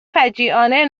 فجیعانه